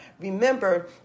remember